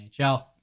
NHL